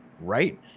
right